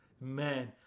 Man